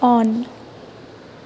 on